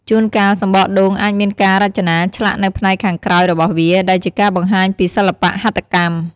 ជួនកាល សំបកដូងអាចមានការរចនាឆ្លាក់នៅផ្នែកខាងក្រោយរបស់វា ដែលជាការបង្ហាញពីសិល្បៈហត្ថកម្ម។